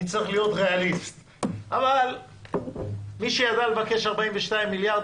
אני צריך להיות ריאליסט אבל מי שידע לבקש 42 מיליארד,